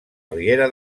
riera